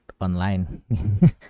Online